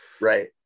right